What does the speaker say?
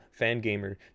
fangamer